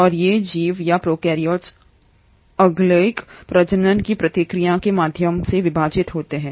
और ये जीव या प्रोकैरियोट्स अलैंगिक प्रजनन की प्रक्रिया के माध्यम से विभाजित होते हैं